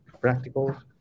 practical